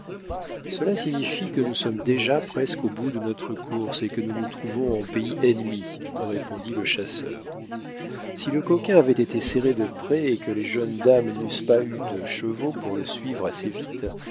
cela signifie que nous sommes déjà presque au bout de notre course et que nous nous trouvons en pays ennemi répondit le chasseur si le coquin avait été serré de près et que les jeunes dames n'eussent pas eu de chevaux pour le suivre assez vite